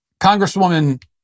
Congresswoman